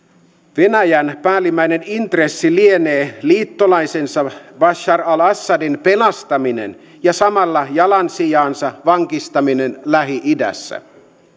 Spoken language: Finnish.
venäjän päällimmäinen intressi lienee liittolaisensa bashar al assadin pelastaminen ja samalla jalansijansa vankistaminen lähi idässä